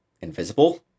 invisible